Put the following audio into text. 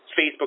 facebook